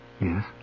Yes